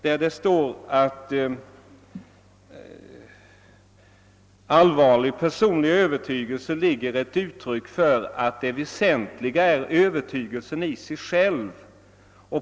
Där står bl.a.: »I formuleringen ”allvarlig personlig övertygelse” ligger ett uttryck för att det väsentliga är övertygelsen i sig själv.